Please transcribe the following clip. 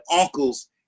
uncles